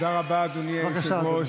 תודה רבה, אדוני היושב-ראש.